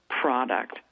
product